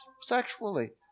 sexually